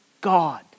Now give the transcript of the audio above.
God